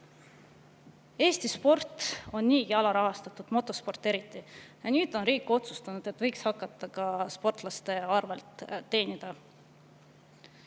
sport on niigi alarahastatud, motosport eriti. Nüüd on riik otsustanud, et võiks hakata ka sportlaste arvelt teenima.